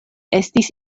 estis